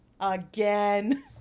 Again